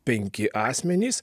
penki asmenys